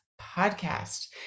podcast